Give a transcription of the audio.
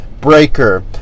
Breaker